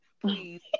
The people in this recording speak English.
Please